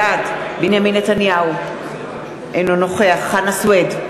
בעד בנימין נתניהו, אינו נוכח חנא סוייד,